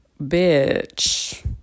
Bitch